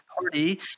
party